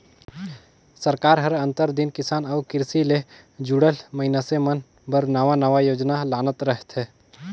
सरकार हर आंतर दिन किसान अउ किरसी ले जुड़ल मइनसे मन बर नावा नावा योजना लानत रहथे